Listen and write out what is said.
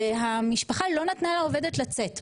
והמשפחה לא נתנה לעובדת לצאת,